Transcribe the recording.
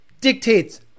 dictates